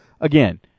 again